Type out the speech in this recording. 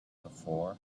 before